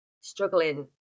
struggling